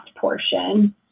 portion